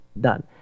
done